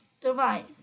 device